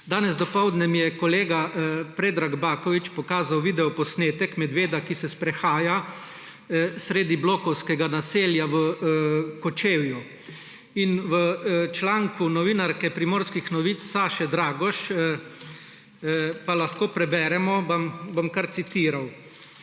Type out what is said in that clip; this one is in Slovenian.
Danes dopoldne mi je kolega Predrag Baković pokazal videoposnetek medveda, ki se sprehaja sredi blokovskega naselja v Kočevju. V članku novinarke Primorskih novic Saše Dragoš pa lahko preberemo, bom kar citiral: